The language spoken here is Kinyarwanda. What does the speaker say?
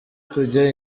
kujya